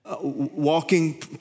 walking